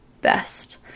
best